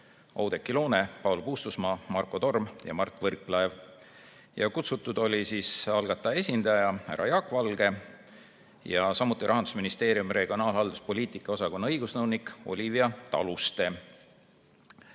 Oudekki Loone, Paul Puustusmaa, Marko Torm ja Mart Võrklaev. Kutsutud olid algataja esindaja härra Jaak Valge ja Rahandusministeeriumi regionaalhalduspoliitika osakonna õigusnõunik Olivia Taluste. Ma